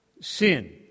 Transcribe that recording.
sin